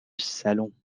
salon